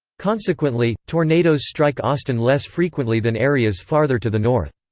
consequently, tornadoes strike austin less frequently than areas farther to the north.